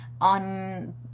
on